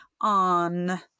on